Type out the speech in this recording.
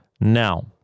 Now